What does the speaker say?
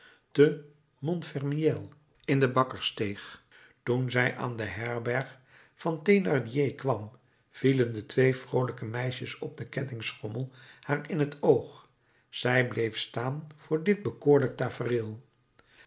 werden te montfermeil in de bakkerssteeg toen zij aan de herberg van thénardier kwam vielen de twee vroolijke meisjes op de kettingschommel haar in t oog zij bleef staan voor dit bekoorlijk tafereel